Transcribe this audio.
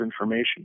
information